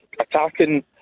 Attacking